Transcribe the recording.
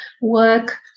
work